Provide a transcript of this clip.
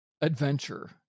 adventure